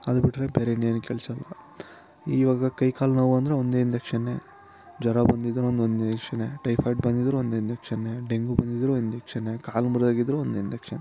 ಅದು ಬಿಟ್ಟರೆ ಬೇರೆ ಇನ್ನೇನು ಕೆಲಸ ಇಲ್ಲ ಇವಾಗ ಕೈ ಕಾಲು ನೋವು ಅಂದರೂ ಒಂದೇ ಇಂಜೆಕ್ಷನ್ನೇ ಜ್ವರ ಬಂದಿದ್ದರೂ ಒಂದು ಒಂದೇ ಇಂಜೆಕ್ಷನ್ನೇ ಟೈಫಯ್ಡ್ ಬಂದಿದ್ದರೂ ಒಂದೇ ಇಂಜೆಕ್ಷನ್ನೇ ಡೆಂಗ್ಯೂ ಬಂದಿದ್ದರೂ ಒಂದು ಇಂಜಕ್ಷನ್ನೇ ಕಾಲು ಮುರಿದೋಗಿದ್ರು ಒಂದು ಇಂಜೆಕ್ಷನ್ನೇ